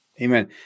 Amen